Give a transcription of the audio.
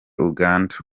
uganda